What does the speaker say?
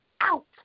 out